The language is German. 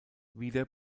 wieder